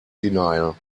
denial